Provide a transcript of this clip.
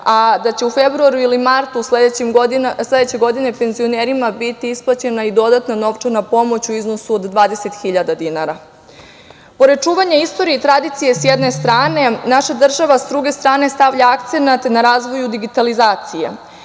a da će u februaru ili martu sledeće godine penzionerima biti isplaćena i dodatna novčana pomoć u iznosu od 20.000 dinara. Pored čuvanja istorije i tradicije sa jedne strane, naša država, sa druge strane, stavlja akcenat na razvoj digitalizacije,